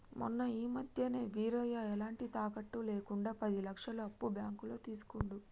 మొన్న ఈ మధ్యనే వీరయ్య ఎలాంటి తాకట్టు లేకుండా పది లక్షల అప్పు బ్యాంకులో తీసుకుండు